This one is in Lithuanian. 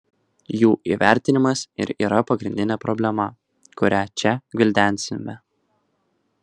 jų įvertinimas ir yra pagrindinė problema kurią čia gvildensime